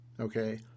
Okay